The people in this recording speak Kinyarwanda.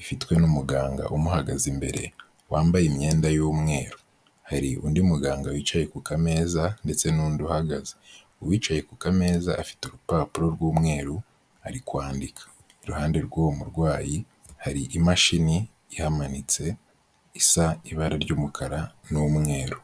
ifitwe n'umuganga umuhagaze imbere wambaye imyenda y'umweru. Hari undi muganga wicaye ku kameza ndetse n'undi uhagaze. Uwicaye ku kameza afite urupapuro rw'umweru ari kwandika. Iruhande rw'uwo murwayi hari imashini ihamanitse, isa ibara ry'umukara n'umweru.